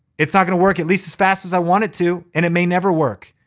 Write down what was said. it's not gonna work at least as fast as i want it to and it may never work.